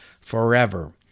forever